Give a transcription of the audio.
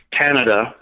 Canada